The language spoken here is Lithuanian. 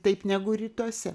kitaip negu rytuose